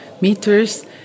meters